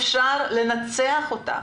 אפשר לנצח אותה.